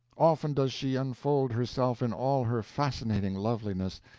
often does she unfold herself in all her fascinating loveliness,